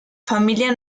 familia